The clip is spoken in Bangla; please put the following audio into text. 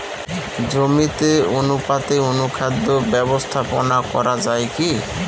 জমিতে অনুপাতে অনুখাদ্য ব্যবস্থাপনা করা য়ায় কি?